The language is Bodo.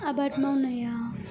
आबाद मावनाया